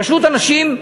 פשוט אנשים,